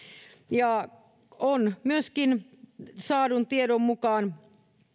ja on myöskin saadun tiedon mukaan